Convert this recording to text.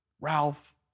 Ralph